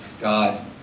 God